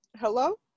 Hello